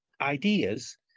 ideas